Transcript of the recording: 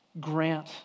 grant